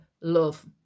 love